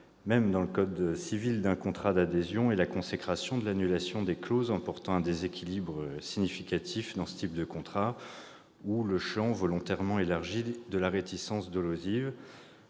dans le code civil d'un contrat d'adhésion et la consécration de l'annulation des clauses emportant un déséquilibre significatif dans ce type de contrat, le champ volontairement élargi de la réticence dolosive,